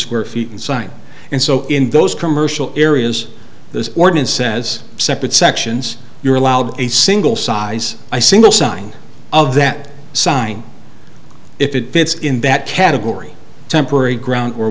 square feet and sign and so in those commercial areas the ordinance says separate sections you're allowed a single size single sign of that sign if it fits in that category a temporary ground or